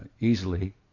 Easily